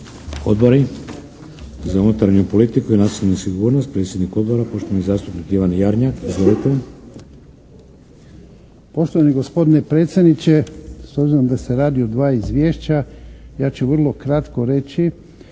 Odbori? Za unutarnju politiku i nacionalnu sigurnost. Predsjednik odbora poštovani zastupnik Ivan Jarnjak. Izvolite! **Jarnjak, Ivan (HDZ)** Poštovani gospodine predsjedniče! S obzirom da se radi o dva izvješća ja ću vrlo kratko reći